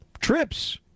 trips